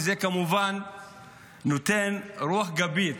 וזה נותן רוח גבית